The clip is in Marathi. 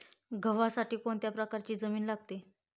गव्हासाठी कोणत्या प्रकारची जमीन लागते?